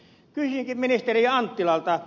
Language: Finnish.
kysynkin ministeri anttilalta